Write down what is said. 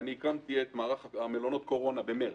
והקמתי את מערך מלונות הקורונה במרס.